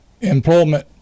employment